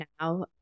now